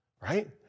right